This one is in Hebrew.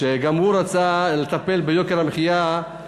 גם הוא רצה לטפל ביוקר המחיה,